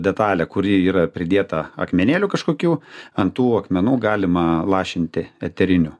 detalę kuri yra pridėta akmenėlių kažkokių ant tų akmenų galima lašinti eterinių